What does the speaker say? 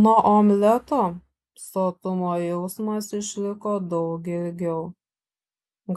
nuo omleto sotumo jausmas išliko daug ilgiau